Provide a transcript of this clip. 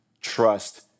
trust